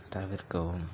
தவிர்க்கவும்